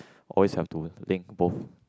always have to link both